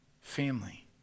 family